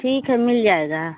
ठीक है मिल जाएगा